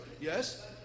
Yes